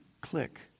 Click